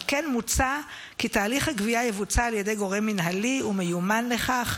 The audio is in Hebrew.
על כן מוצע כי תהליך הגבייה יבוצע על ידי גורם מינהלי ומיומן לכך,